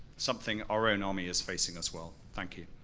something our own army is facing as well, thank you.